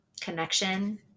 connection